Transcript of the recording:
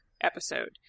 episode